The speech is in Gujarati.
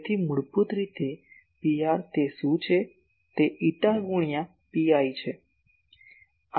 તેથી મૂળભૂત રીતે Pr તે શું છે તે એટા ગુણ્યા Pi છે